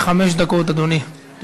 חמש דקות לרשותך.